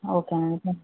okay madam